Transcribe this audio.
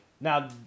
Now